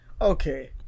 Okay